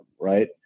right